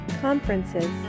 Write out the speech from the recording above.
conferences